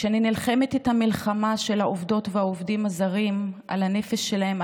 כשאני נלחמת את המלחמה של העובדות והעובדים הזרים על הנפש שלהם,